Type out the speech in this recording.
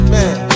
Man